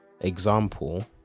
Example